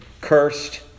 cursed